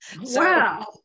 Wow